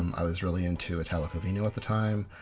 um i was really into italo calvino at the time,